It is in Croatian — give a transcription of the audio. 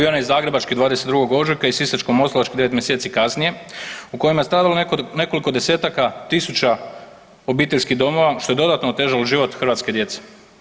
Prvi onaj zagrebački 22. ožujka i sisačko-moslavački 9 mjeseci kasnije u kojima je stradalo nekoliko desetaka tisuća obiteljskih domova što je dodatno otežalo život hrvatske djece.